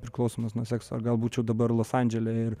priklausomas nuo sekso ar gal būčiau dabar los andžele ir